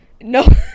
no